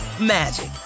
magic